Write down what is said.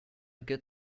good